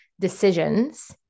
decisions